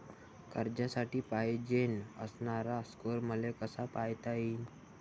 कर्जासाठी पायजेन असणारा स्कोर मले कसा पायता येईन?